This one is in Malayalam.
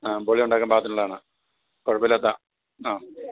ആ ബോളി ഉണ്ടാക്കാൻ പാകത്തിനുള്ളതാണ് കുഴപ്പമില്ലാത്തതാണ് ആ